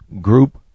group